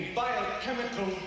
biochemical